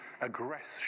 aggression